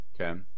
Okay